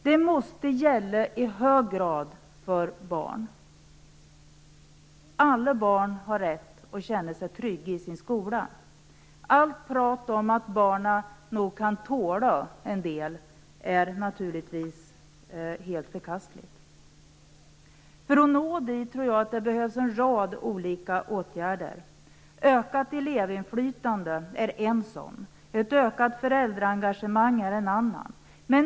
Detta måste i hög grad gälla för barn. Alla barn har rätt att känna sig trygga i sin skola. Allt prat om att barnen nog kan tåla en del är naturligtvis helt förkastligt. För att nå dit tror jag att det behövs en rad olika åtgärder. Ökat elevinflytande är ett exempel. Ökat föräldraengagemang är ett annat exempel.